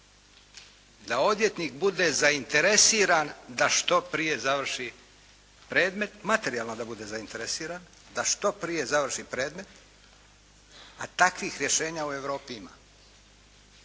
da bude zainteresiran. Da što prije završi predmet, a takvih rješenja u Europi ima.